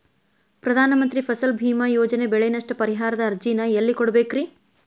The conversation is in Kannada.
ಪ್ರಧಾನ ಮಂತ್ರಿ ಫಸಲ್ ಭೇಮಾ ಯೋಜನೆ ಬೆಳೆ ನಷ್ಟ ಪರಿಹಾರದ ಅರ್ಜಿನ ಎಲ್ಲೆ ಕೊಡ್ಬೇಕ್ರಿ?